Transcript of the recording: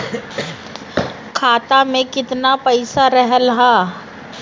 खाता में केतना पइसा रहल ह?